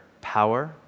power